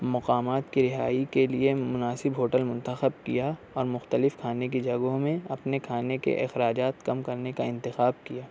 مقامات کی رہائی کے لئے مناسب ہوٹل منتخب کیا اور مختلف کھانے کی جگہوں میں اپنے کھانے کے اخراجات کم کرنے کا انتخاب کیا